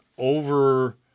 over